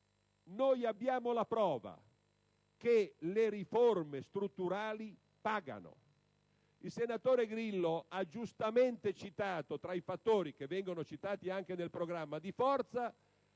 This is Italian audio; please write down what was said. abbiamo la prova che le riforme strutturali pagano. Il senatore Grillo ha giustamente citato tra i fattori di forza, che vengono citati anche nel Programma, il nostro